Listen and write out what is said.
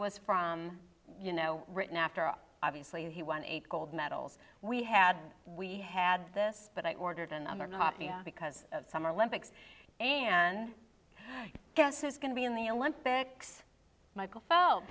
was from you know written after all obviously he won eight gold medals we had we had this but i ordered a number not because of summer olympics and guess who's going to be in the olympics michael